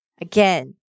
again